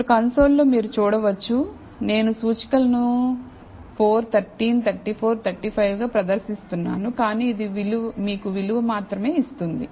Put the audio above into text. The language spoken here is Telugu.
ఇప్పుడు కన్సోల్ లో మీరు చూడవచ్చు నేను సూచికలను 4 13 34 35 గా ప్రదర్శిస్తున్నాను కానీ ఇది మీకు విలువ మాత్రమే ఇస్తుంది